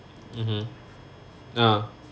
mmhmm ah